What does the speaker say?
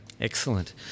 Excellent